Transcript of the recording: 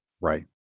Right